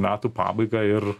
metų pabaigą ir